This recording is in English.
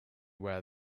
where